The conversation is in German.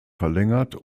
verlängert